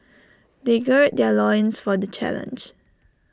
they gird their loins for the challenge